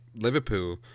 Liverpool